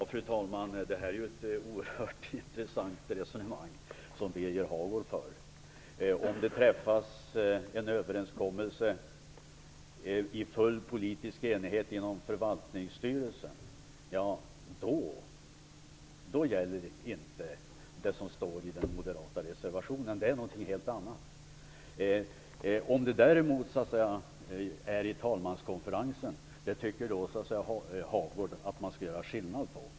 Fru talman! Birger Hagård för ett oerhört intressant resonemang. Om det i full politisk enighet träffas en överenskommelse inom förvaltningsstyrelsen gäller inte det som står i den moderata reservationen, utan då är det något helt annat. Om det däremot är fråga om talmanskonferensen tycker Birger Hagård att det är en skillnad.